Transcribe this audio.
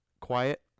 Quiet